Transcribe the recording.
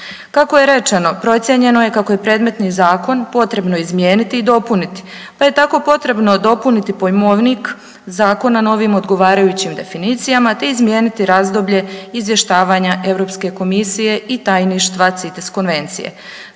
Kako je rečeno procijenjeno je kako je predmetni zakon potrebno izmijeniti i dopuniti, pa je tako potrebno dopuniti pojmovnik zakona novim odgovarajućim definicijama te izmijeniti razdoblje izvještavanja Europske komisije i tajništva CITES konvencije.